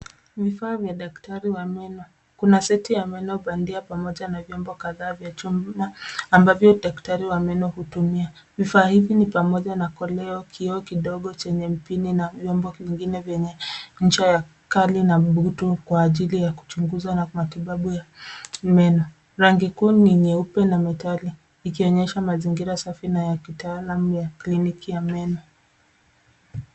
Vifaa vya daktari wa meno. Kuna seti ya meno bandia pamoja na vyombo kadhaa vya chuma ambavyo daktari wa meno hutumia. Vifaa hivi ni pamoja na koleo, kioo kidogo chenye mpini na vyombo vingine vyenye ncha ya kali na butu kwa ajili ya kuchunguza na matibabu ya meno. Rangi kuu ni nyeupe na metali, ikionyesha mazingira safi na ya kitaalamu ya kliniki ya meno.